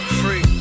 free